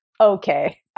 okay